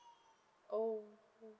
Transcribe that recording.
oh oh